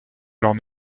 leurs